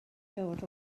dod